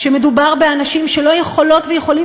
כשמדובר באנשים שלא יכולות ויכולים